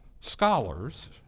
scholars